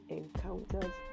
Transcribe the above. encounters